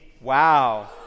Wow